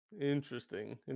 interesting